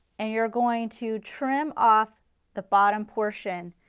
and you're going to trim off the bottom portion,